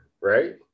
right